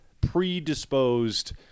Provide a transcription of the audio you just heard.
predisposed